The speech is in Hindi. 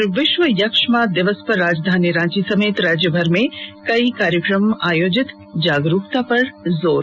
और विश्व यक्ष्मा दिवस पर राजधानी रांची समेत राज्यभर में कई कार्यक्रम आयोजित जागरूकता पर जोर